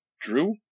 Drew